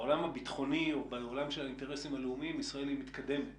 בעולם הביטחוני ישראל היא מתקדמת